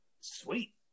Sweet